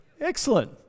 Excellent